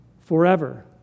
forever